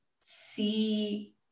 see